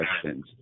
questions